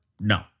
No